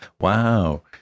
wow